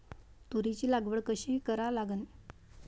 तुरीची लागवड कशी करा लागन?